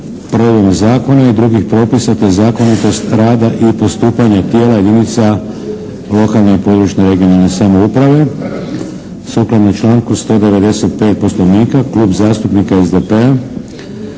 provedbom zakona i drugih propisa te zakonitosti rada i postupanja tijela jedinica lokalne i područne (regionalne) samouprave. Sukladno članku 195. Poslovnika Klub zastupnika SDP-a